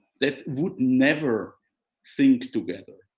that would never think together.